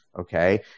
okay